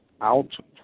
out